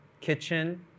kitchen